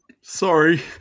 sorry